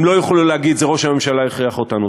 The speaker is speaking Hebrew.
הם לא יוכלו להגיד: זה ראש הממשלה הכריח אותנו.